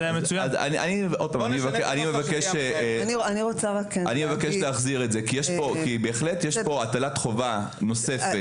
אני מבקש להחזיר את זה כי בהחלט יש כאן הטלת חובה נוספת.